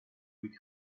with